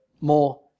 more